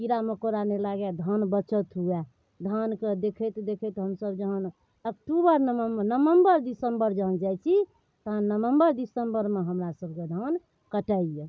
कीड़ा मकोड़ा नहि लागे धान बचत हुए धानके देखैत देखैत हमसब जहन अक्टूबर नवम्बर नबंबर दिसंबर जहन जाइत छी तहन नबंबर दिसंबरमे हमरा सबके धान कटैए